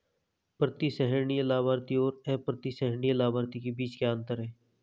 प्रतिसंहरणीय लाभार्थी और अप्रतिसंहरणीय लाभार्थी के बीच क्या अंतर है?